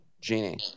genie